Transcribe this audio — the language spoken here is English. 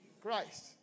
Christ